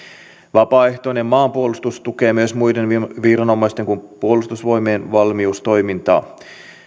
vapaaehtoinen maanpuolustus tukee myös muiden viranomaisten kuin puolustusvoimien valmiustoimintaa